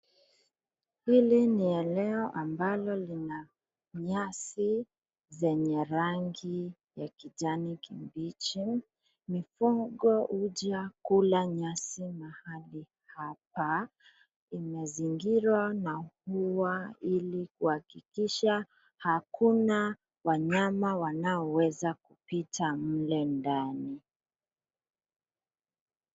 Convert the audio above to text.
Hili ni eneo ambalo lina nyasi zenye rangi ya kijani kibichi. Mifugo huja kula nyasi mahali hapa. Imezingirwa na ua ili kuhakikisha hakuna wanyama wanaoweza kupita mle ndani.